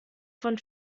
von